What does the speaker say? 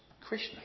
Krishna